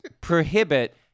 prohibit